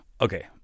Okay